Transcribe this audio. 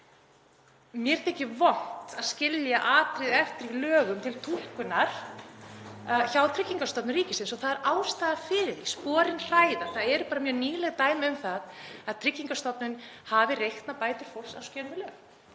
Mér þykir vont að skilja atriði eftir í lögum til túlkunar hjá Tryggingastofnun ríkisins og það er ástæða fyrir því. Sporin hræða. Það eru bara mjög nýleg dæmi um að Tryggingastofnun hafi reiknað bætur fólks á skjön við lög.